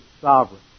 sovereign